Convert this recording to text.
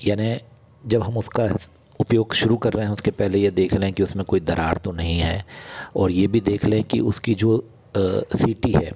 यानी जब हम उसका उपयोग शुरू कर रहे हैं उसके पहले ये देख लें कि उसमें कोई दरार तो नहीं हैं और ये भी देख लें कि उसकी जो सीटी है